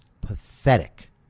pathetic